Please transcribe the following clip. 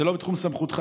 זה לא בתחום סמכותך,